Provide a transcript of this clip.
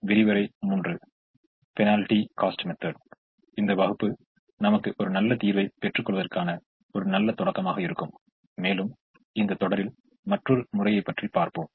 சிறந்த அல்லது உகந்த தீர்வு எட்டப்பட்டுள்ளது என்பதை எவ்வாறு கண்டறிவது என்பதைக் கூறும் முறைகளையும் நாம் இந்த வகுப்பில் பார்ப்போம்